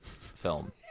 film